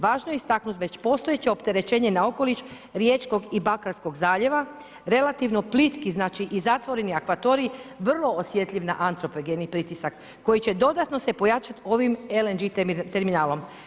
Važno je istaknut već postojeća opterećenje na okoliš Riječkog i Bakarskog zaljeva, relativno plitki znači i zatvoreni akvatorij, vrlo osjetljiv na antropogeni pritisak koji će dodatno se pojačat ovim LNG terminalom.